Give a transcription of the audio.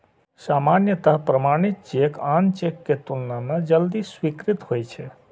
सामान्यतः प्रमाणित चेक आन चेक के तुलना मे जल्दी स्वीकृत होइ छै